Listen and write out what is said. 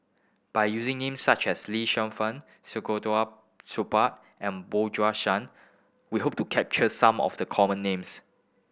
by using names such as Lee Fen Supaat and Bjorn Shan we hope to capture some of the common names